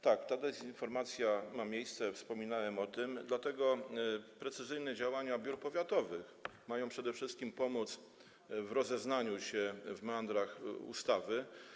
Tak, ta dezinformacja ma miejsce, wspominałem o tym, dlatego precyzyjne działania biur powiatowych mają przede wszystkim pomóc w rozeznaniu się w meandrach ustawy.